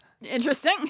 interesting